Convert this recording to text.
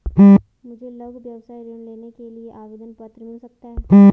मुझे लघु व्यवसाय ऋण लेने के लिए आवेदन पत्र मिल सकता है?